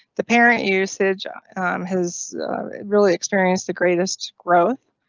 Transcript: the parent usage has really experienced the greatest growth.